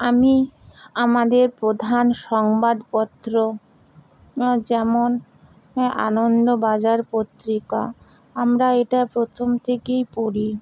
আমি আমাদের প্রধান সংবাদপত্র যেমন আনন্দবাজার পত্রিকা আমরা এটা প্রথম থেকেই পড়ি